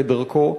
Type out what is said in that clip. כדרכו,